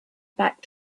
back